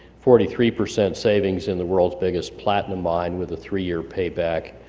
forty three percent savings in the world's biggest platinum mine with a three year payback.